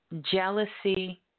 jealousy